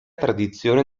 tradizione